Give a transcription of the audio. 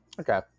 Okay